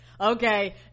Okay